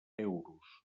euros